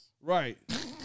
Right